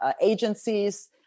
agencies